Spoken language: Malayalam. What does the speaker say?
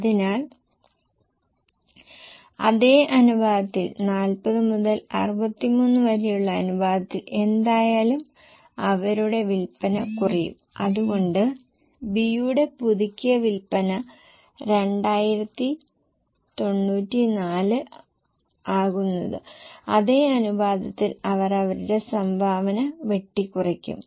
അതിനാൽ അതേ അനുപാതത്തിൽ 40 മുതൽ 63 വരെയുള്ള അനുപാതത്തിൽ എന്തായാലും അവരുടെ വിൽപ്പന കുറയും അതുകൊണ്ടാണ് B യുടെ പുതുക്കിയ വിൽപ്പന 2094 ആകുന്നത് അതേ അനുപാതത്തിൽ അവർ അവരുടെ സംഭാവന വെട്ടിക്കുറയ്ക്കും